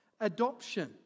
adoption